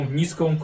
niską